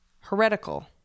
heretical